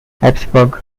habsburg